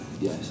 Yes